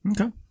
Okay